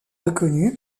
reconnue